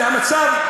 מהמצב,